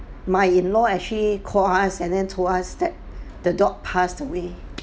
my in law actually called us and then told us that the dog passed away